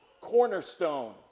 cornerstone